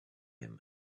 him